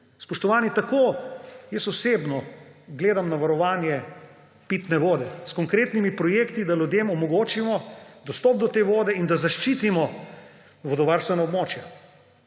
Spoštovani, tako jaz osebno gledam na varovanje pitne vode – s konkretnimi projekti, da ljudem omogočimo dostop do te vode in da zaščitimo vodovarstvena območja.